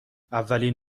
اولین